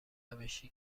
روشی